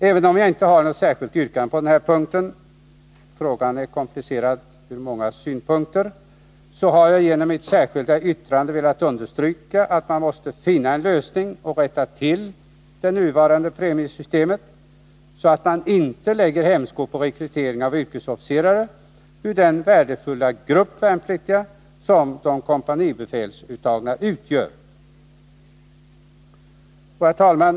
Även om jag inte har något särskilt yrkande på den här punkten — frågan är från många synpunkter komplicerad — har jag genom mitt särskilda yttrande velat understryka att man måste finna en lösning på problemet och ändra det nuvarande premiesystemet, så att man inte lägger hämsko på rekryteringen av yrkesofficerare ur den värdefulla grupp värnpliktiga som de kompanibefälsutbildade utgör. Herr talman!